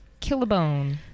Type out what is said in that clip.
killabone